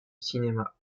cinéma